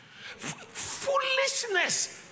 Foolishness